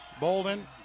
Bolden